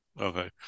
Okay